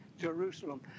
Jerusalem